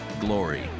Glory